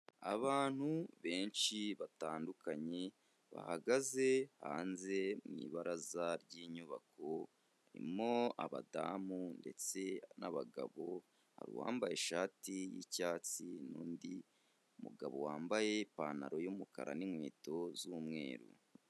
Abantu benshi batandukanye bahagaze hanze mu ibaraza ry'inyubako, harimo abadamu ndetse n'abagabo, hari uwambaye ishati y'icyatsi n'undi mugabo wambaye ipantaro y'umukara n'inkweto z'umweru.